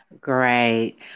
great